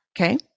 okay